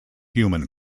human